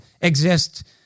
exist